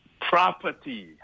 property